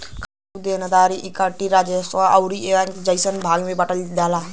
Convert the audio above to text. खाता क संपत्ति, देनदारी, इक्विटी, राजस्व आउर व्यय जइसन भाग में बांटल जाला